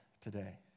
today